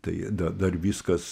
tai dar viskas